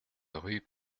rue